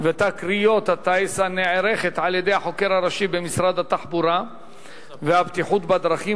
ותקריות הטיס הנערכת על-ידי החוקר הראשי במשרד התחבורה והבטיחות בדרכים,